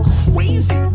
crazy